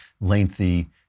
lengthy